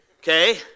okay